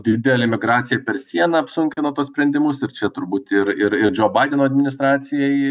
didelė migracija per sieną apsunkino tuos sprendimus ir čia turbūt ir ir ir džo badeno administracijai